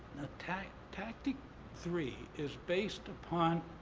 tactic tactic three is based upon